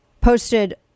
posted